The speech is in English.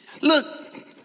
Look